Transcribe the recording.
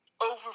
over